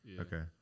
Okay